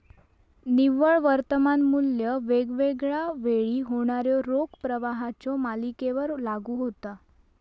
निव्वळ वर्तमान मू्ल्य वेगवेगळा वेळी होणाऱ्यो रोख प्रवाहाच्यो मालिकेवर लागू होता